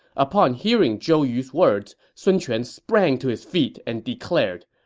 upon hearing zhou yu's words, sun quan sprang to his feet and declared,